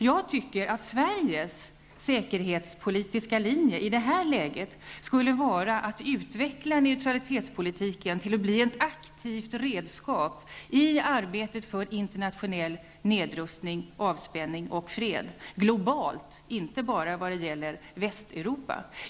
Jag tycker att Sveriges säkerhetspolitiska linje i det här läget skulle vara att utveckla neutralitetspolitiken till att bli ett aktivt redskap i arbetet för internationell nedrustning, avspänning och fred globalt, inte bara vad gäller Västeuropa.